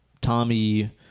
Tommy